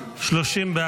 60 לא